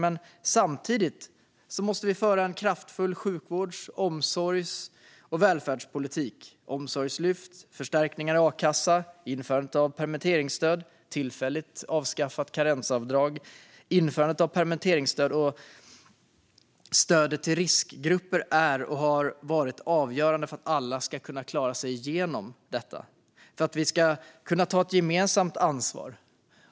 Men samtidigt måste vi föra en kraftfull sjukvårds-, omsorgs och välfärdspolitik: omsorgslyft, förstärkningarna i a-kassan, införandet av permitteringsstöd och tillfälligt avskaffat karensavdrag. Införandet av permitteringsstöd och stödet till riskgrupper är och har varit avgörande för att alla ska kunna klara sig igenom detta, för att vi ska kunna ta ett gemensamt ansvar.